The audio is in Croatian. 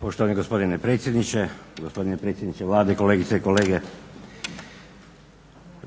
poštovani gospodine predsjedniče, poštovani gospodine predsjedniče Vlade, kolegice i kolege.